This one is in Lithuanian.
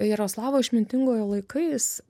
jaroslavo išmintingojo laikais